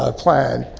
ah plan.